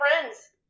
friends